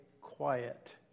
quiet